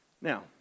Now